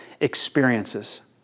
experiences